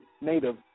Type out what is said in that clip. native